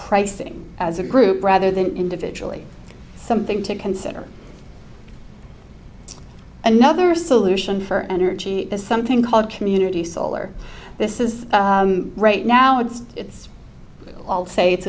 pricing as a group rather than individually something to consider another solution for energy is something called community solar this is right now it's it's all say it's